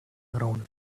around